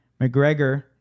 McGregor